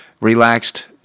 relaxed